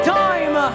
time